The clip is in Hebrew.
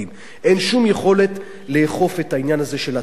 אין שום יכולת לאכוף את העניין הזה של התעסוקה,